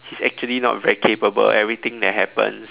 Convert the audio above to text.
he's actually not very capable everything that happens